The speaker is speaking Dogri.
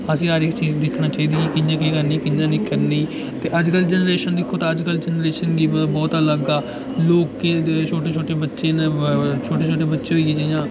असें हर इक्क चीज दिक्खनी चाहिदी कि क कियां करनी चाहिदी जां कि'यां नेईं करनी चाहिदी ते अजकल जैनरेशन दिक्खो तां अजकल दी जैनरेशन बहुत अलग ऐ लोकें दे छोटे छोटे बच्चे न छोटे छोटे बच्चे होई गे जि'यां